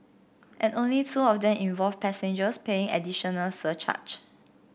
and only two of them involved passengers paying additional surge charge